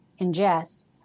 ingest